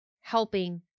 helping